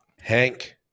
Hank